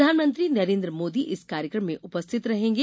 प्रधानमंत्री नरेंद्र मोदी इस कार्यक्रम में उपस्थित रहेंगे